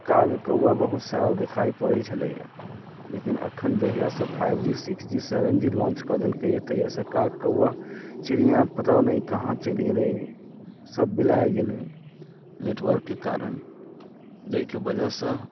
काग कौआ बहुत सारा देखाइ पड़ैत छलैया लेकिन अखन जहिआसँ five G six G seven G launch कऽ देलकैया तहिआ से काग कौआ चिड़िया पता नहि कहाँ चलि गेलैया सब बिला गेलैया नेटवर्कके कारण जाहिके वजहसँ